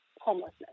homelessness